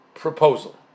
proposal